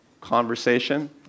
conversation